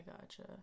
gotcha